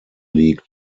league